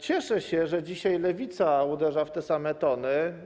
Cieszę się, że dzisiaj Lewica uderza w te same tony.